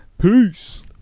peace